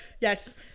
Yes